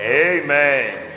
Amen